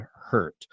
hurt